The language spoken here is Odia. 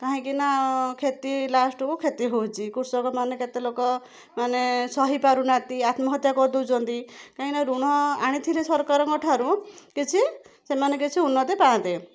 କାହିଁକିନା କ୍ଷତି ଲାଷ୍ଟକୁ କ୍ଷତି ହେଉଛି କୃଷକମାନେ କେତେଲୋକ ମାନେ ସହିପାରୁ ନାହାଁନ୍ତି ଆତ୍ମହତ୍ୟା କରି ଦେଉଛନ୍ତି କାହିଁକିନା ଋଣ ଆଣିଥିଲେ ସରକାରଙ୍କ ଠାରୁ କିଛି ସେମାନେ କିଛି ଉନ୍ନତି ପାଆନ୍ତେ